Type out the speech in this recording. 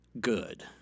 good